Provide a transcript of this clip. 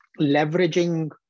leveraging